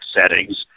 settings